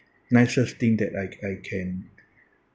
nicest thing that I c~ I can